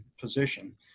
position